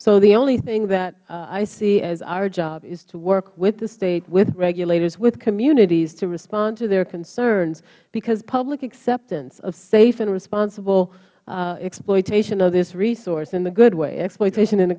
so the only thing that i see as our job is to work with the state with regulators with communities to respond to their concerns because public acceptance of safe and responsible exploitation of its resource in a good wayh exploitation in a